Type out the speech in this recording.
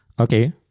Okay